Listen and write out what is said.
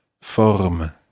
Forme